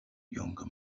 younger